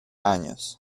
años